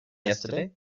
yesterday